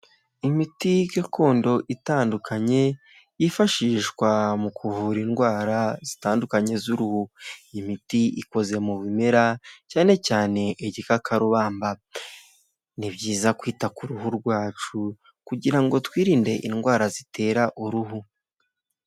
Imiti gakondo itandukanye yifashishwa mu kuvura indwara zitandukanye z'uruhu, imiti ikoze mu bimera cyane cyane igikakarubamba, ni byiza kwita ku ruhu rwacu kugira ngo twirinde indwara zitera uruhu.